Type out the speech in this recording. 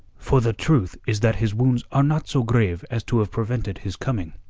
for the truth is that his wounds are not so grave as to have prevented his coming.